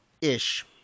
Ish